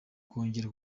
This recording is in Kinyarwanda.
kongera